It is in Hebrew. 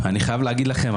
אני חייב להגיד לכם,